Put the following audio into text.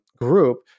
group